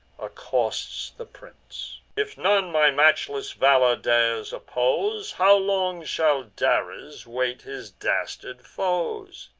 accosts the prince if none my matchless valor dares oppose, how long shall dares wait his dastard foes?